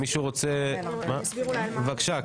אני אסביר אולי על מה --- בבקשה,